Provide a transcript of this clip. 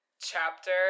chapter